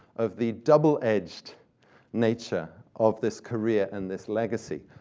of the double-edged nature of this career and this legacy.